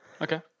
Okay